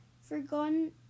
forgotten